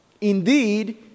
Indeed